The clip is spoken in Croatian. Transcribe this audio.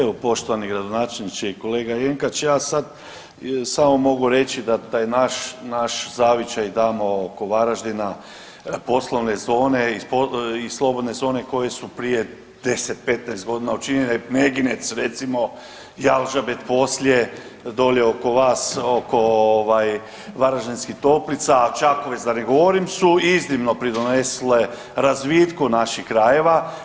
Evo poštovani gradonačelniče i kolega Jenkač, ja sad samo mogu reći da taj naš, naš zavičaj tamo oko Varaždina poslovne zone i slobodne zone koje su prije 10-15 godina učinjene Kneginec recimo, Jalžabet poslije, dolje oko vas oko ovaj Varaždinskih Toplica, a Čakovec da ne govorim su iznimno pridonesle razvitku naših krajeva.